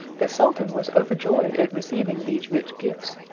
the sultan was overjoyed at receiving these rich gifts,